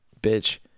bitch